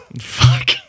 Fuck